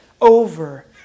over